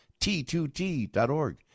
t2t.org